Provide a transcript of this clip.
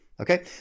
Okay